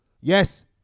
yes